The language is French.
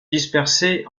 dispersés